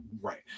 right